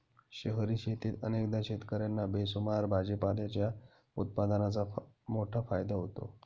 शहरी शेतीत अनेकदा शेतकर्यांना बेसुमार भाजीपाल्याच्या उत्पादनाचा मोठा फायदा होतो